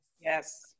Yes